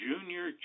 Junior